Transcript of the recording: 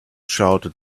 shouted